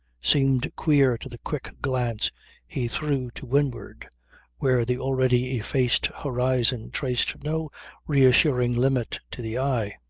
seemed queer to the quick glance he threw to windward where the already effaced horizon traced no reassuring limit to the eye.